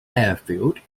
airfield